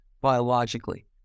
biologically